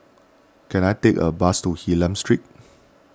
can I take a bus to Hylam Street